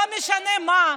לא משנה מה,